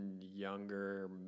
younger